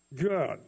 good